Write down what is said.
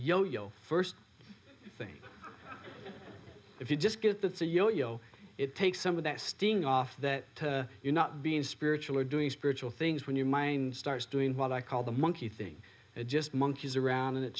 yoyo first thing if you just get that for jojo it takes some of that sting off that you're not being spiritual or doing spiritual things when your mind starts doing what i call the monkey thing it just monkeys around and it